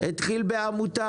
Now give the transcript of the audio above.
התחיל בעמותה,